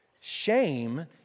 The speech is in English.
Shame